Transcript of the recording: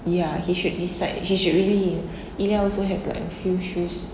ya he should decide he should really ilya also has like a few shoes